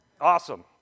Awesome